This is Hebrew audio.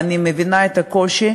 ואני מבינה את הקושי,